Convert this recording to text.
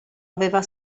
aveva